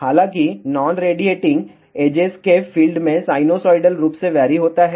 हालांकि non radiating edges के field में साइनोसॉइड रूप से वेरी होता है